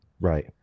right